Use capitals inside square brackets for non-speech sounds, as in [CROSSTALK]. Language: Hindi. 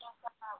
[UNINTELLIGIBLE]